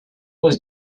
was